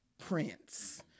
prince